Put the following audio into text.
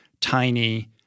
tiny